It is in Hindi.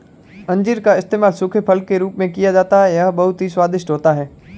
अंजीर का इस्तेमाल सूखे फल के रूप में किया जाता है यह बहुत ही स्वादिष्ट होता है